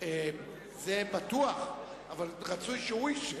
זה בטוח, אבל רצוי שהוא ישב.